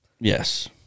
yes